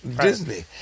Disney